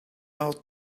out